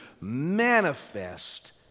manifest